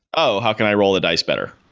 oh! how can i roll the dice better?